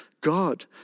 God